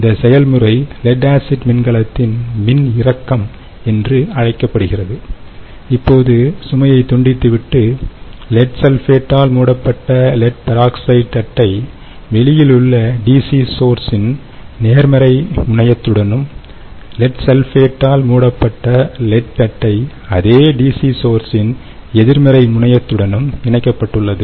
இந்த செயல்முறை lead acid மின்கலத்தின் மின்னிறக்கம் என்று அழைக்கப்படுகிறது இப்போதுசுமையை துண்டித்துவிட்டு லெட் சல்ஃபேட்டால் மூடப்பட்ட லெட் பெராக்சைடு தட்டை வெளியிலுள்ள டிசி சோர்ஸ் இன் நேர்மறை முனையத்துடனும் லெட் சல்ஃபேட்டால் மூடப்பட்ட லெட் தட்டை அதே டிசி சோர்ஸ் இன் எதிர்மறை முனையத்துடனும் இணைக்கப்பட்டுள்ளது